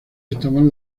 estaban